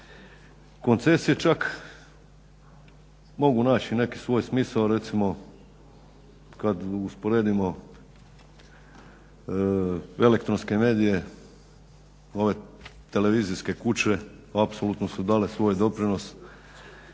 Koncesije čak mogu naći neki svoj smisao recimo kad usporedimo elektronske medije, ove televizijske kuće apsolutno su dale svoj doprinos,